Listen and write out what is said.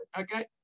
Okay